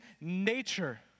nature